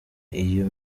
iyo